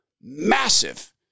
massive